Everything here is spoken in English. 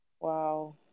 Wow